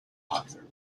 popular